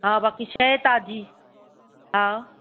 हा बाक़ी शइ ताजी हा